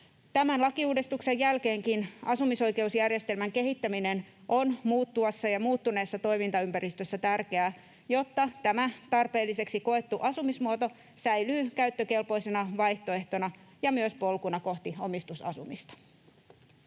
Tämän lakiuudistuksen jälkeenkin asumisoikeusjärjestelmän kehittäminen on muuttuvassa ja muuttuneessa toimintaympäristössä tärkeää, jotta tämä tarpeelliseksi koettu asumismuoto säilyy käyttökelpoisena vaihtoehtona ja myös polkuna kohti omistusasumista.